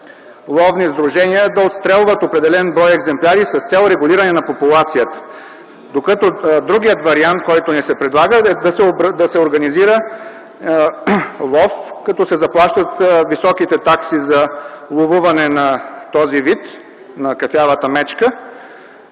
ловни сдружения да отстрелват определен брой екземпляри с цел регулиране на популацията. Вариантът, който ни се предлага, е да се организира лов, като се заплащат високите такси за ловуване на този вид –кафявата мечка,